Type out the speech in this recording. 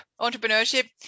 entrepreneurship